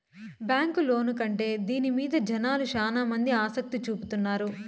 bank loan కంటే దీని మీద జనాలు శ్యానా మంది ఆసక్తి చూపుతున్నారు